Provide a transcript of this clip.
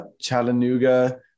Chattanooga